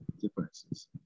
differences